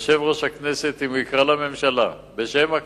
יושב-ראש הכנסת, אם תקרא לממשלה, בשם הכנסת,